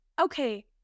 okay